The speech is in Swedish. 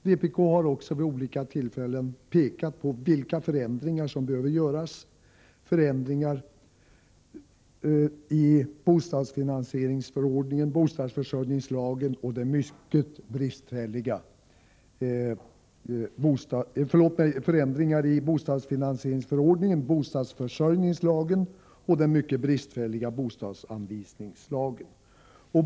Vpk har också vid olika tillfällen pekat på vilka förändringar som behöver göras — förändringar i bostadsfinansieringsförordningen, bostadsförsörjningslagen och den mycket bristfälliga bostadsanvisningslagen.